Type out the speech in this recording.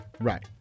Right